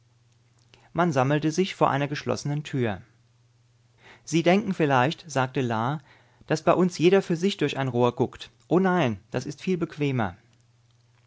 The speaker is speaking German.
man sammelte sich vor einer geschlossenen tür sie denken vielleicht sagte la daß bei uns jeder für sich durch ein rohr guckt onein das ist viel bequemer